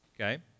Okay